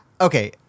okay